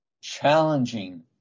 challenging